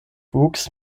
wuchs